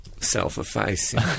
self-effacing